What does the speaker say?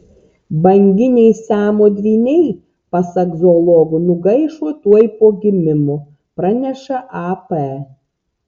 banginiai siamo dvyniai pasak zoologų nugaišo tuoj po gimimo praneša ap